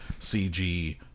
CG